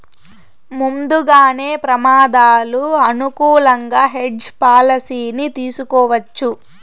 ముందుగానే ప్రమాదాలు అనుకూలంగా హెడ్జ్ పాలసీని తీసుకోవచ్చు